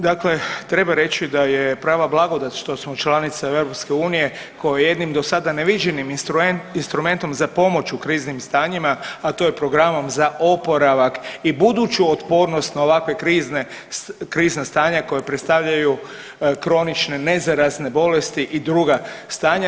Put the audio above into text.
Dakle, treba reći da je prava blagodat što smo članica EU koje jednim do sada ne viđenim instrumentom za pomoć u kriznim stanjima, a to je programom za oporavak i buduću otpornost na ovakve krizna stanja koja predstavljaju kronične nezarazne bolesti i druga stanja.